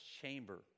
chamber